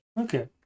okay